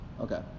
Okay